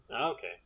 Okay